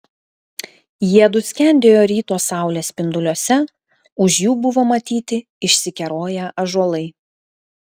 jiedu skendėjo ryto saulės spinduliuose už jų buvo matyti išsikeroję ąžuolai